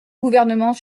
gouvernement